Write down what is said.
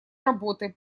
работы